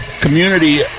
Community